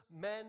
men